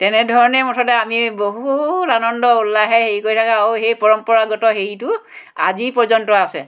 তেনেধৰণে মুঠতে আমি বহুত আনন্দ উল্লাহেৰে হেৰি কৰি থকা আৰু সেই পৰম্পৰাগত হেৰিটো আজি পৰ্যন্ত আছে